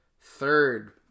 third